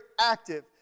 active